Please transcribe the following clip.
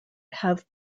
have